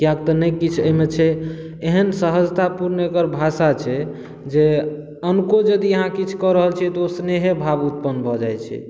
किआकि तऽ नहि किछु एहिमे छै एहन सहजता पूर्ण एकर भाषा छै जे अनको यदि अहाँ किछु कऽ रहल छियै तऽ ओ स्नेहे भाव उत्पन्न भऽ जाइ छै